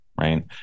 right